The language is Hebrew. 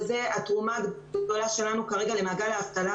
וזו התרומה הגדולה שלנו כרגע למעגל האבטלה.